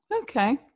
Okay